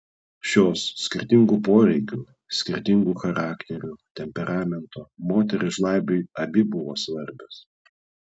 šios skirtingų poreikių skirtingų charakterių temperamento moterys žlabiui abi buvo svarbios